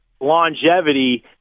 longevity